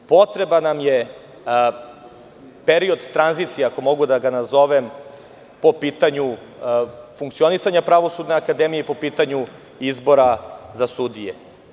Potreban nam je period tranzicije, ako mogu da ga nazovem, po pitanju funkcionisanja Pravosudne akademije i po pitanju izbora za sudije.